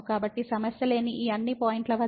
కాబట్టి సమస్య లేని ఈ అన్ని పాయింట్ల వద్ద